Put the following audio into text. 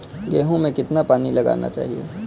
गेहूँ में कितना पानी लगाना चाहिए?